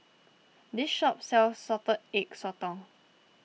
this shop sells Salted Egg Sotong